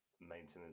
maintenance